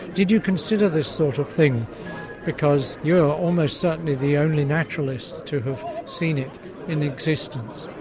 did you consider this sort of thing because you're almost certainly the only naturalist to have seen it in existence?